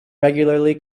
regularly